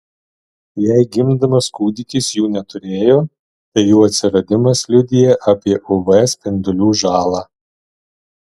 jei gimdamas kūdikis jų neturėjo tai jų atsiradimas liudija apie uv spindulių žalą